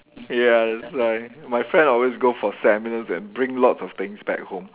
ya that's why my friend always go for seminars and bring lots of things back home